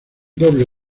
doble